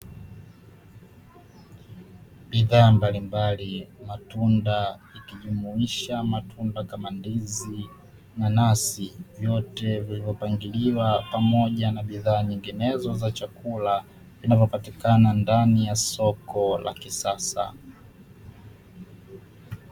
Bidhaa mbalimbali matunda ikijumuisha matunda kama ndizi, nanasi vyote vilivyopangiliwa pamoja na bidhaa zingine za chakula vinavyopatikana ndani ya soko la kisasa.